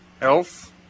Elf